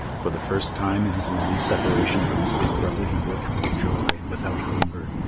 for the first time in his long separation from his big brother he worked with joy, and without hunger,